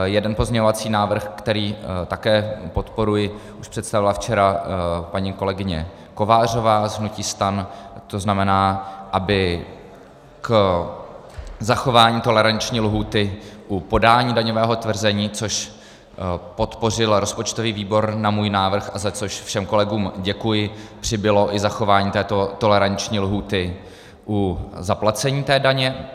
Jeden pozměňovací návrh, který také podporuji, už představila včera paní kolegyně Kovářová z hnutí STAN, to znamená, aby k zachování toleranční lhůty u podání daňového tvrzení, což podpořil rozpočtový výbor na můj návrh a za což všem kolegům děkuji, přibylo i zachování této toleranční lhůty u zaplacení té daně.